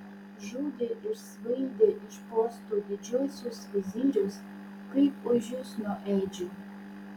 žudė ir svaidė iš postų didžiuosius vizirius kaip ožius nuo ėdžių